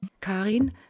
Karin